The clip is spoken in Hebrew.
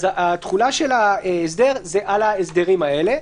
תחולת ההסדר היא על ההסדרים האלה.